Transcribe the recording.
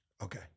Okay